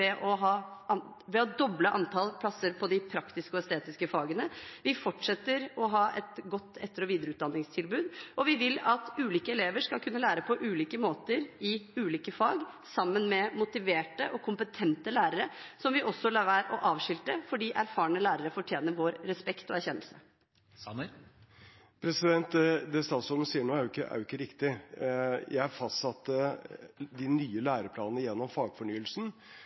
ved å doble antall plasser på de praktiske og estetiske fagene. Vi fortsetter å ha et godt etter- og videreutdanningstilbud, og vi vil at ulike elever skal kunne lære på ulike måter i ulike fag, sammen med motiverte og kompetente lærere – som vi også lar være å avskilte, fordi erfarne lærere fortjener vår respekt og anerkjennelse. Det blir oppfølgingsspørsmål – først Jan Tore Sanner. Det statsråden sier nå, er ikke riktig. Jeg fastsatte de nye læreplanene gjennom fagfornyelsen,